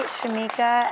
Shamika